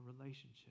relationship